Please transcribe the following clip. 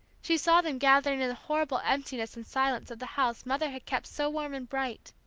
she saw them gathering in the horrible emptiness and silence of the house mother had kept so warm and bright,